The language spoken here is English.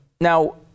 Now